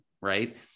right